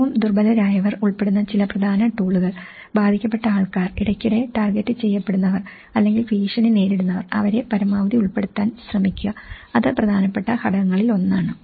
ഏറ്റവും ദുർബലരായവർ ഉൾപ്പെടുന്ന ചില പ്രധാന ടൂളുകൾ ബാധിക്കപ്പെട്ട ആൾക്കാർ ഇടയ്ക്കിടെ ടാർഗെറ്റു ചെയ്യപ്പെടുന്നവർ അല്ലെങ്കിൽ ഭീഷണി നേരിടുന്നവർ അവരെ പരമാവധി ഉൾപ്പെടുത്താൻ ശ്രമിക്കുക അത് പ്രധാ നപ്പെട്ട ഘട്ടങ്ങളിലൊന്നാണ്